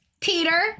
Peter